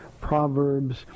Proverbs